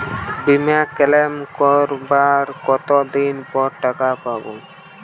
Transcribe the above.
বিমা ক্লেম করার কতদিন পর টাকা পাব?